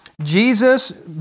Jesus